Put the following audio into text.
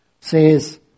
says